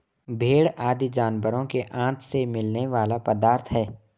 भेंड़ आदि जानवरों के आँत से मिलने वाला पदार्थ है